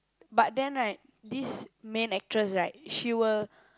but then right this main actress right she will